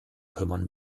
kümmern